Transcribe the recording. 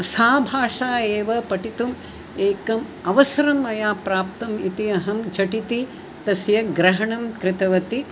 सा भाषा एव पठितुम् एकम् अवसरं मया प्राप्तम् इति अहं झटिति तस्य ग्रहणं कृतवती